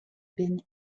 been